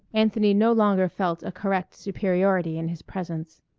anthony no longer felt a correct superiority in his presence.